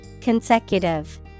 Consecutive